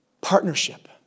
Partnership